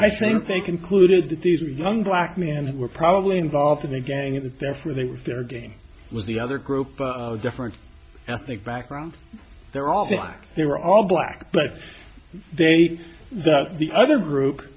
i think they concluded that these were young black men who were probably involved in the gang that therefore they were fair game was the other group of different ethnic backgrounds they're all they were all black but they that the other group